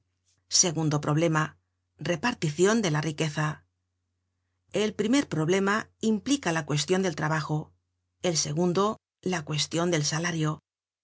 segundo problema reparticion de la riqueza el primer problema implica la cuestion del trabajo el segundo la cuestion del salario